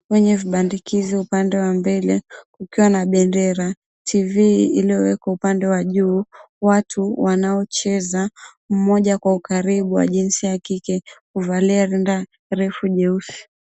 Kwenye vibanda kizo upande wa mbele kukiwa na bendera, tv iliyowekwa upande wa juu. Watu wanaocheza mmoja kwa ukaribu wa jinsia ya kike huvalia rinda moja refu nyeusi.